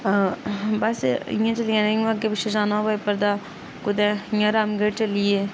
बस इ'यां चली जन्ने इयां अग्गें पिच्छें जाना होऐ बजीपर दा कुतै इ'यां रामगढ़ चली गे